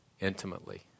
intimately